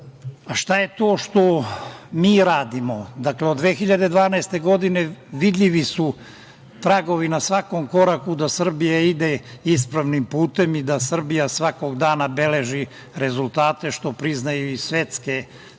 je to što mi radimo? Dakle, od 2012. godine vidljivi su tragovi na svakom koraku da Srbija ide ispravnim putem i da Srbija svakog dana beleži rezultate što priznaju i svetske